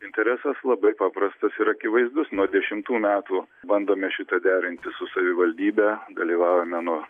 interesas labai paprastas ir akivaizdus nuo dešimtų metų bandome šitą derinti su savivaldybe dalyvavome nuo